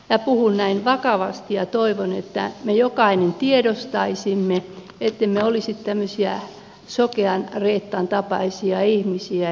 minä puhun näin vakavasti ja toivon että me jokainen tiedostaisimme mihin meitä ollaan viemässä ettemme olisi tämmöisiä sokean reetan tapaisia ihmisiä